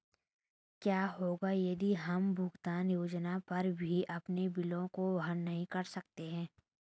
क्या होगा यदि हम भुगतान योजना पर भी अपने बिलों को वहन नहीं कर सकते हैं?